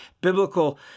biblical